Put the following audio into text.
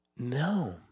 No